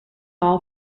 all